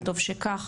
וטוב שכך,